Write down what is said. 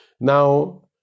Now